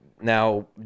now